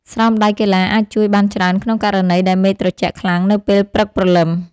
ស្រោមដៃកីឡាអាចជួយបានច្រើនក្នុងករណីដែលមេឃត្រជាក់ខ្លាំងនៅពេលព្រឹកព្រលឹម។